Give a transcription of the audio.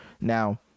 Now